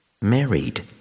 married